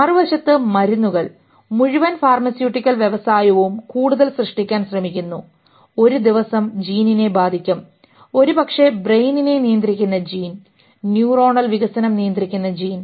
മറുവശത്ത് മരുന്നുകൾ മുഴുവൻ ഫാർമസ്യൂട്ടിക്കൽ വ്യവസായവും കൂടുതൽ സൃഷ്ടിക്കാൻ ശ്രമിക്കുന്നു ഒരു ദിവസം ജീനിനെ ബാധിക്കും ഒരുപക്ഷേ ബ്രെയിനിനെ നിയന്ത്രിക്കുന്ന ജീൻ ന്യൂറോണൽ വികസനം നിയന്ത്രിക്കുന്ന ജീൻ